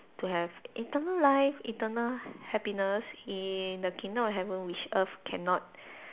to have eternal life eternal happiness in the kingdom of happiness which earth cannot